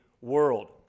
world